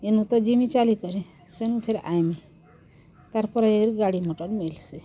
ଇନୁ ତ ଯିମି ଚାଲିକରି ସେନୁ ଫେର୍ ଆଏମି ତାର୍ ପରେ ଯାଇକରି ଗାଡ଼ି ମୋଟର୍ ମିଲ୍ସି